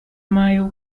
mile